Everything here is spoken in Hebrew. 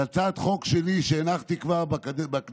זו הצעת חוק שלי שהנחתי כבר בכנסת